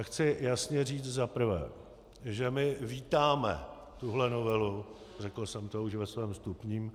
Chci jasně říct za prvé, že my vítáme tuto novelu, řekl jsem to už ve svém vstupním.